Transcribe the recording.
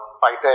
fighter